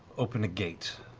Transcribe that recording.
open a gate